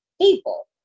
people